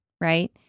Right